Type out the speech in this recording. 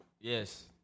Yes